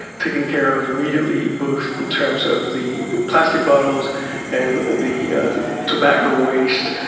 taken care of immediately, both in terms of the plastic bottles and the tobacco waste.